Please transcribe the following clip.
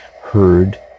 heard